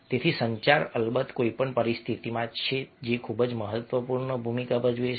તેથી સંચાર અલબત્ત કોઈપણ પરિસ્થિતિમાં છે ખૂબ જ મહત્વપૂર્ણ ભૂમિકા ભજવે છે